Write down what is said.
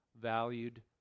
valued